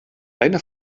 deine